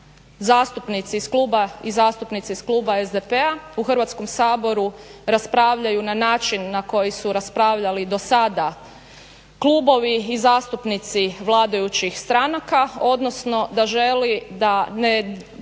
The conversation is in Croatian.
zastupnici iz kluba i zastupnice iz kluba SDP-a u Hrvatskom saboru raspravljaju na način na koji su raspravljali do sada klubovi i zastupnici vladajućih stranaka, odnosno da želi da ne dižemo